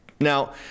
Now